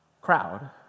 crowd